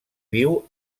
viu